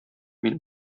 мин